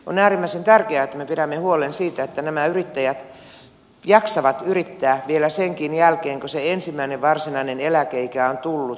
on äärimmäisen tärkeää että me pidämme huolen siitä että nämä yrittäjät jaksavat yrittää vielä senkin jälkeen kun se ensimmäinen varsinainen eläkeikä on tullut